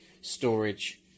storage